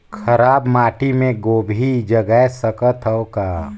खराब माटी मे गोभी जगाय सकथव का?